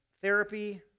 therapy